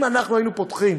אם היינו פותחים